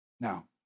Now